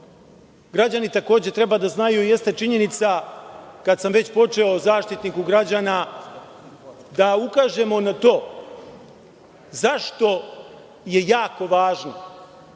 građani takođe treba da znaju, jeste činjenica, kad sam već počeo o Zaštitniku građana, da ukažemo na to zašto je jako važno